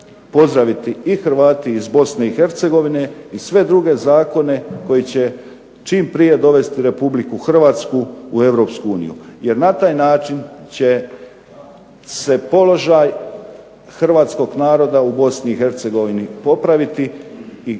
pozdraviti i Hrvati iz Bosne i Hercegovine i sve druge zakone koji će čim prije dovesti Republiku Hrvatsku u Europsku uniju, jer na taj način će se položaj hrvatskog naroda u Bosni i Hercegovini popraviti i